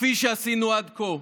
כפי שעשינו עד כה.